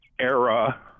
era